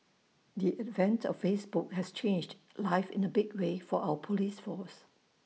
the advent of Facebook has changed life in A big way for our Police force